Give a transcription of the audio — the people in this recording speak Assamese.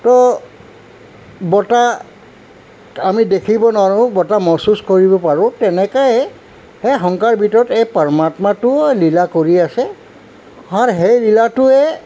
তো বতাহ আমি দেখিব নোৱাৰোঁ বতাহ মহচুচ কৰিব পাৰোঁ তেনেকাই সেই সংসাৰৰ ভিতৰত এই পৰ্মাত্মাটোও লীলা কৰি আছে আৰ সেই লীলাটোৱে